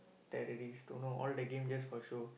terrorist don't know all the game just for show